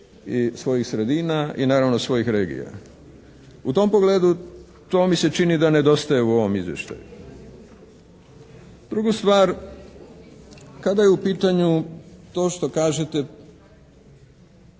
i svojih sredina i naravno svojih regija. U tom pogledu to mi se čini da nedostaje u ovom izvještaju. Druga stvar kada je u pitanju to što kažete